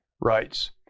rights